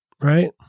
right